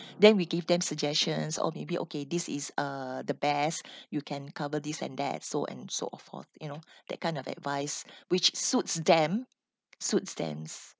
then we give them suggestions or maybe okay this is uh the best you can cover this and that so and so forth you know that kind of advise which suits them suits them